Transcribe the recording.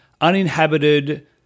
uninhabited